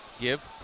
Give